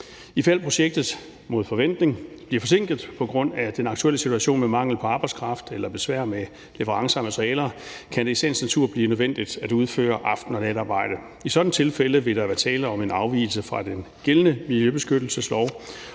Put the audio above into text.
Ifald projektet mod forventning bliver forsinket på grund af den aktuelle situation med mangel på arbejdskraft eller besvær med leverancer af materialer, kan det i sagens natur blive nødvendigt at udføre aften- og natarbejde. I sådanne tilfælde vil der være tale om en afvigelse fra den gældende miljøbeskyttelseslov,